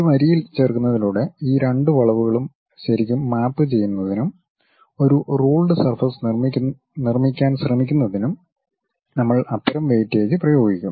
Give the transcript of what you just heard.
ഒരു വരിയിൽ ചേർക്കുന്നതിലൂടെ ഈ രണ്ട് വളവുകളും ശരിക്കും മാപ്പ് ചെയ്യുന്നതിനും ഒരു റുൾഡ് സർഫസ് നിർമ്മിക്കാൻ ശ്രമിക്കുന്നതിനും നമ്മൾ അത്തരം വെയ്റ്റേജ് പ്രയോഗിക്കും